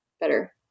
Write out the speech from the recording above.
better